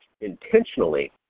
intentionally